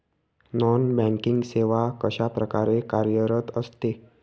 Non banking सेवा कशाप्रकारे कार्यरत असते?